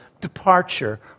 departure